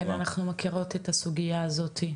כן, אנחנו מכירות את הסוגיה הזאתי.